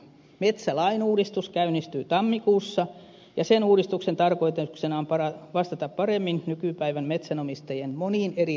metsälain uudistus käynnistyy tammikuussa ja sen uudistuksen tarkoituksena on vastata paremmin nykypäivän metsänomistajien moniin eri tarpeisiin